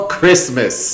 Christmas